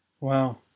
wow